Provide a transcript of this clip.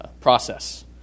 process